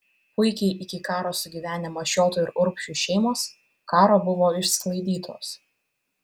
puikiai iki karo sugyvenę mašiotų ir urbšių šeimos karo buvo išsklaidytos